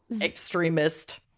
extremist